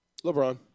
LeBron